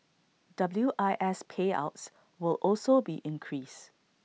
W I S payouts will also be increased